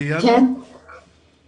ליאנה, בבקשה.